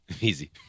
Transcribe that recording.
easy